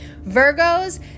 Virgos